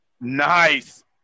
Nice